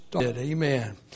Amen